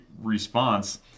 response